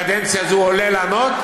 בקדנציה הזו עולה לענות,